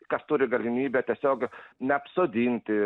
kas turi galimybę tiesiog neapsodinti